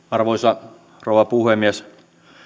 arvoisa rouva puhemies